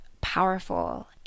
powerful